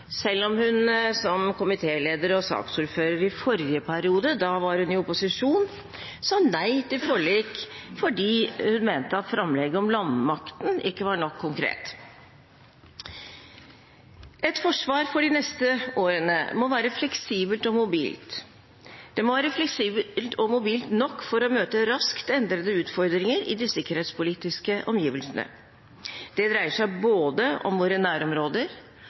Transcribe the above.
selv om hun som komitéleder og saksordfører i forrige periode – da var hun i opposisjon – sa nei til forlik fordi hun mente framlegget om landmakten ikke var konkret nok. Et forsvar for de neste årene må være fleksibelt og mobilt nok til å møte raskt endrede utfordringer i de sikkerhetspolitiske omgivelsene. Det dreier seg både om